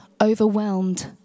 overwhelmed